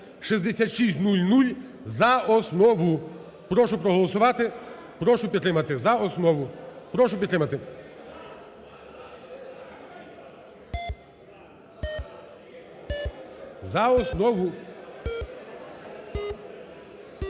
Прошу проголосувати, прошу підтримати за основу.